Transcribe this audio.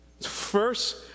First